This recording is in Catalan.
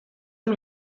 amb